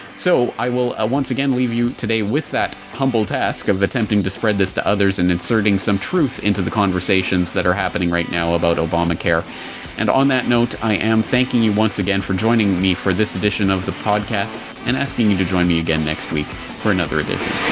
so, i will once again leave you today with that humble task of attempting to spread this to others and inserting some truth into the conversations that are happening right now about obamacare and, on that note, i am thanking you, once again, for joining me for this addition of the podcast and asking you to join me again next week for another edition.